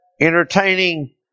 entertaining